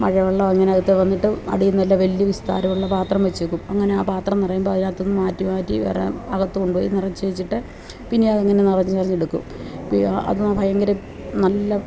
മഴവെള്ളമങ്ങനെ അകത്തു വന്നിട്ട് അടീന്നല്ല വലിയ വിസ്താരമുള്ള പാത്രം വെച്ചേക്കും അങ്ങനെ ആ പാത്രം നിറയുമ്പോൾ അതിനകത്തു നിന്നു മാറ്റി മാറ്റി വേറെ അകത്തു കൊണ്ടു പോയി നിറച്ചു വെച്ചിട്ട് പിന്നെ അതങ്ങനെ നിറച്ച് നിറച്ചെടുക്കും പിയാ അതു ഭയങ്കര നല്ല